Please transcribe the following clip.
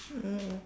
mm